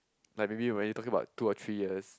like maybe when you talking about two or three years